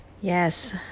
Yes